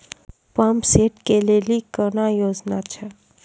Pump set केलेली कोनो योजना छ?